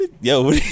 Yo